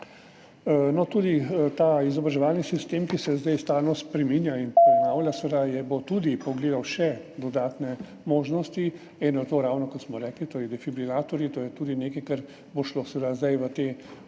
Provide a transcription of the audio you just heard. Tudi ta izobraževalni sistem, ki se zdaj stalno spreminja in prenavlja, bo seveda tudi pogledal še dodatne možnosti, kot smo rekli, torej defibrilatorji, to je tudi nekaj, kar bo šlo zdaj v te